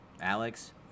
alex